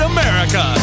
America